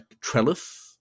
trellis